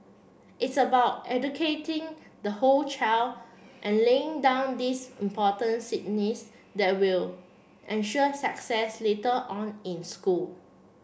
it's about educating the whole child and laying down these important that will ensure success later on in school